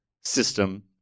system